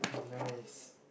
nice